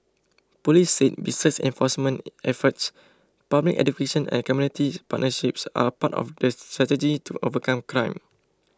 police said besides enforcement efforts public education and community partnerships are part of the strategy to overcome crime